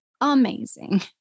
amazing